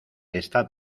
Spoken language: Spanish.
está